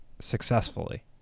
successfully